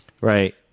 Right